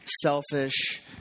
selfish